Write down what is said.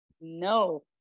no